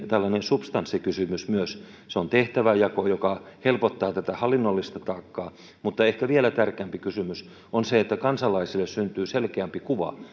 substanssikysymys myös se on tehtäväjako joka helpottaa tätä hallinnollista taakkaa mutta ehkä vielä tärkeämpi kysymys on se että kansalaisille syntyy selkeämpi kuva siitä